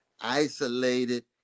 isolated